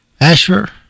Asher